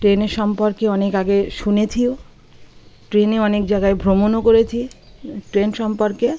ট্রেনের সম্পর্কে অনেক আগে শুনেছিও ট্রেনে অনেক জায়গায় ভ্রমণও করেছি ট্রেন সম্পর্কে